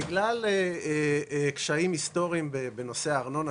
בגלל קשיים היסטוריים בנושא הארנונה,